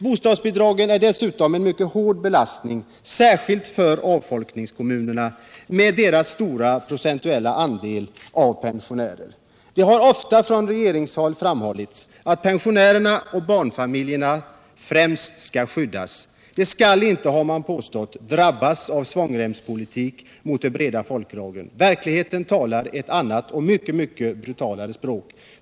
Bostadsbidragen är dessutom en mycket hård belastning för avfolkningskommunerna med deras stora procentuella andel pensionärer. Det har ofta från regeringshåll framhållits att pensionärerna och barnfamiljerna främst skall skyddas. De skall inte, har man påstått, drabbas av svångremspolitik mot de breda folklagren. Verkligheten talar ett annat och mycket mycket brutalare språk.